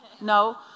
No